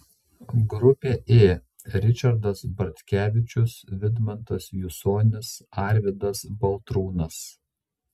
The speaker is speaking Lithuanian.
grupė ė ričardas bartkevičius vidmantas jusionis arvydas baltrūnas